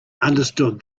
understood